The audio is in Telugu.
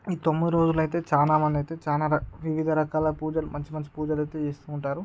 ఈ తొమ్మిది రోజులైతే చాలా మంది అయితే చాలా రకా వివిధ రకాల పూజలు మంచి మంచి పూజలు అయితే చేస్తూ ఉంటారు